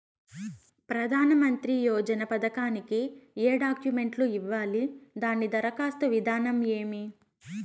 ప్రధానమంత్రి యోజన పథకానికి ఏ డాక్యుమెంట్లు ఇవ్వాలి దాని దరఖాస్తు విధానం ఏమి